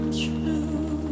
true